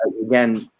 again